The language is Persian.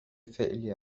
فعلی